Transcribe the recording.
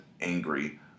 angry